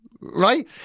right